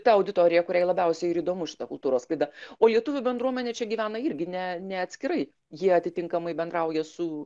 ta auditorija kuriai labiausiai ir įdomu šita kultūros sklaida o lietuvių bendruomenė čia gyvena irgi ne ne atskirai ji atitinkamai bendrauja su